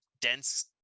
dense